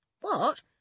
What